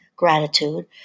gratitude